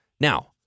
now